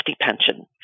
pension